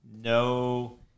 No